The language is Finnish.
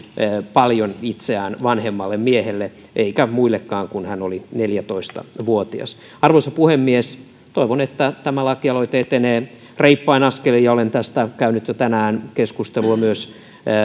paljon itseään vanhemmalle miehelle eikä muillekaan kun hän oli neljätoista vuotias arvoisa puhemies toivon että tämä lakialoite etenee reippain askelin ja olen tästä käynyt jo tänään keskustelua myös